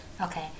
okay